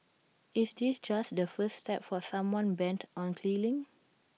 is this just the first step for someone bent on killing